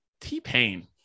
T-Pain